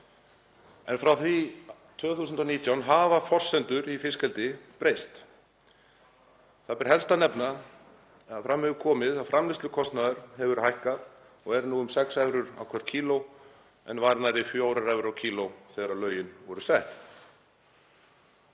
En frá því 2019 hafa forsendur í fiskeldi breyst. Þar ber helst að nefna að fram hefur komið að framleiðslukostnaður hefur hækkað og er nú um 6 evrur á hvert kíló en var nærri 4 evrur á kíló þegar lögin voru sett.